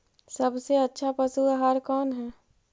सबसे अच्छा पशु आहार कौन है?